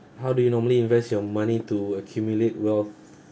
how do you normally invest your money to accumulate wealth